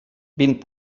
vint